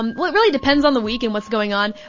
um well, it really depends on the week and what's going on.